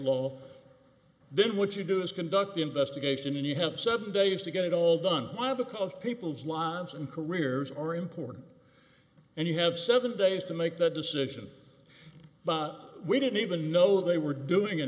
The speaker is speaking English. law then what you do is conduct the investigation and you have seven days to get it all done by because of people's lives and careers are important and you have seven days to make that decision but we didn't even know they were doing an